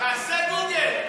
תעשה גוגל.